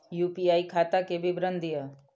UPI खाता के विवरण दिअ?